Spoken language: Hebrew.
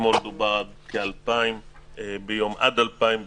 אתמול דובר על עד 2,000 ביום.